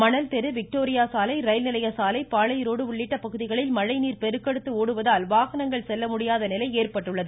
மணல் தெரு விக்டோரியா சாலை ரயில்நிலைய சாலை பாளை ரோடு உள்ளிட்ட பகுதிகளில் மழைநீர் பெருக்கெடுத்து ஓடுவதால் வாகனங்கள் செல்ல முடியாத நிலை ஏற்பட்டுள்ளது